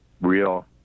real